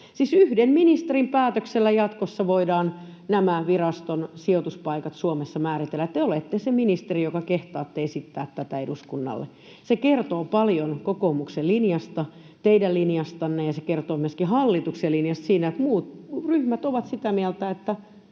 yhden ministerin päätöksellä jatkossa voidaan nämä viraston sijoituspaikat Suomessa määritellä, ja te olette se ministeri, joka kehtaatte esittää tätä eduskunnalle. Se kertoo paljon kokoomuksen linjasta, teidän linjastanne, ja se kertoo myöskin hallituksen linjasta, siitä, että muut ryhmät ovat sitä mieltä, että